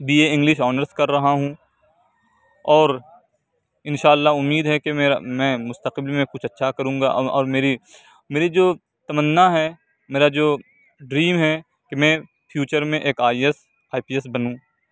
be A English honours کر رہا ہوں اور ان شاء اللہ امید ہے کہ میرا میں مستقبل میں کچھ اچھا کروں گا اور میری میری جو تمنا ہے میرا جو ڈریم ہے کہ میں فیوچر میں ایک I A S I P S Bannu